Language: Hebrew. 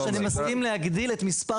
אמרנו שאנחנו נסכים להגדיל את מספר